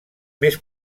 més